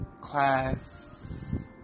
class